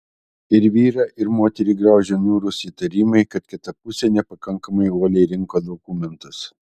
ir vyrą ir moterį graužia niūrus įtarimai kad kita pusė nepakankamai uoliai rinko dokumentus